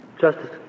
Justice